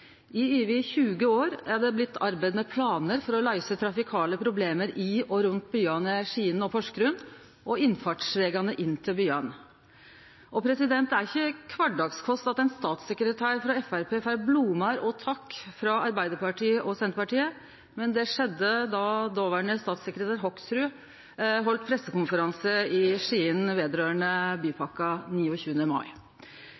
I over 20 år er det blitt arbeidd med planar for å løyse trafikale problem i og rundt byane Skien og Porsgrunn og innfartsvegane inn til byane. Det er ikkje kvardagskost at ein statssekretær frå Framstegspartiet får blomar og takk frå Arbeidarpartiet og Senterpartiet, men det skjedde då dåverande statssekretær Hoksrud heldt pressekonferanse i Skien